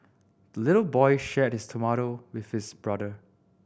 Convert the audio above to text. the little boy shared his tomato with his brother